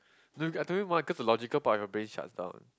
look I told you mah because the logical part of your brain shuts down